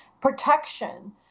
protection